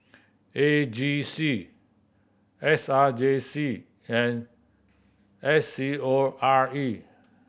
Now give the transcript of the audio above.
A G C S R J C and S C O R E